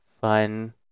fun